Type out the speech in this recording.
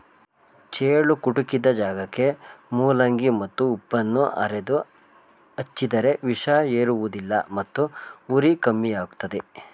ಚೇಳು ಕುಟುಕಿದ ಜಾಗಕ್ಕೆ ಮೂಲಂಗಿ ಮತ್ತು ಉಪ್ಪನ್ನು ಅರೆದು ಹಚ್ಚಿದರೆ ವಿಷ ಏರುವುದಿಲ್ಲ ಮತ್ತು ಉರಿ ಕಮ್ಮಿಯಾಗ್ತದೆ